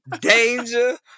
Danger